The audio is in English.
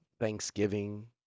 Thanksgiving